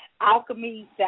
alchemy